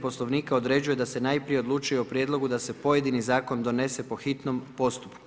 Poslovnika određuje da se najprije odlučuje o prijedlogu da se pojedini zakon donese po hitnom postupku.